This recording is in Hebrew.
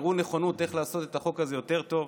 הראו נכונות איך לעשות את החוק הזה יותר טוב.